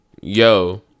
yo